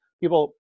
people